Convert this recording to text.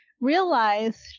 realized